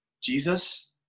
Jesus